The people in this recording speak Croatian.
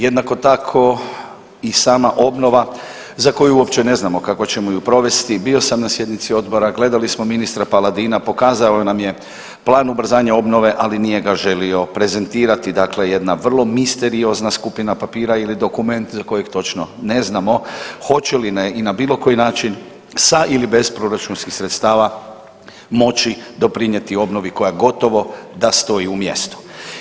Jednako tako i sama obnova za koju uopće ne znamo kako ćemo ju provesti, bio sam na sjednici odbora, gledali smo ministra Paladina, pokazao nam je plan ubrzanja obnove, ali nije ga želio prezentirati dakle jedna vrlo misteriozna skupina papira ili dokument za kojeg točno ne znamo hoće li i na bilo koji način sa ili bez proračunskih sredstava moći doprinijeti obnovi koja gotovo da stoji u mjestu.